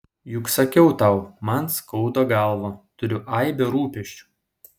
juk sakiau tau man skauda galvą turiu aibę rūpesčių